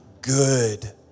good